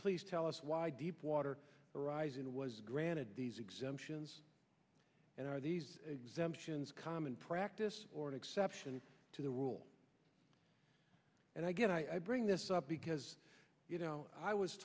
please tell us why deepwater horizon was granted these exemptions and are these exemptions common practice or an exception to the rule and i get i bring this up because you know i was